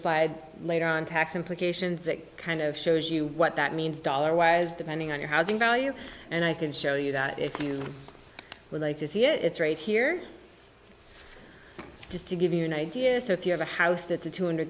slide later on tax implications that kind of shows you what that means dollar wise depending on your housing value and i can show you that if you would like to see it's right here just to give you an idea so if you have a house that's a two hundred